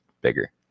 bigger